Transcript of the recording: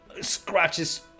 scratches